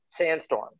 sandstorm